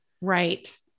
Right